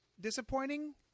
disappointing